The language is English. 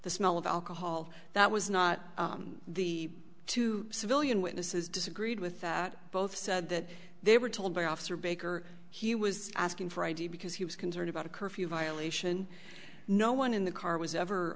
the smell of alcohol that was not the two civilian witnesses disagreed with that both said that they were told by officer baker he was asking for id because he was concerned about a curfew violation no one in the car was ever